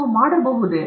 ನಾವು ಅದನ್ನು ಮಾಡಬಹುದೇ